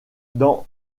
dans